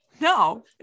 no